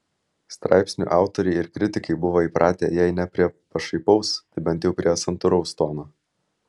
straipsnių autoriai ir kritikai buvo įpratę jei ne prie pašaipaus tai bent jau prie santūraus tono